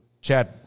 Chad